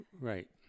Right